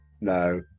No